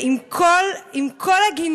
עם כל הגינוי,